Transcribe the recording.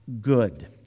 good